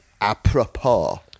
Apropos